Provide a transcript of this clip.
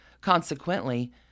Consequently